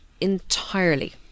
entirely